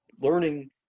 learning